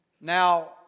Now